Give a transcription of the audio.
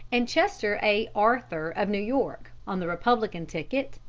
and chester a. arthur, of new york, on the republican ticket,